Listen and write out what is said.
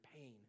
pain